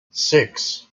six